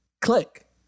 click